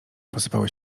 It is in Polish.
posypały